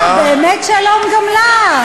אה, באמת שלום גם לך.